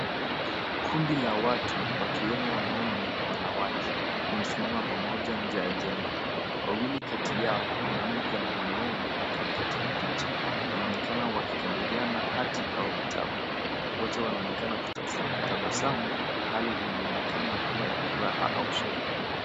Kundi la watu wakiwemo wanaume na wanawake wamesimama pamoja nje ya jengo. Wawili kati yao mwanamke na mwanaume katikati ya picha wanaonekana wakikabidhiana hati au vitabu. Wote wanaonekana kutabasamu na hali inaonekana kuwa ya furaha au sherehe.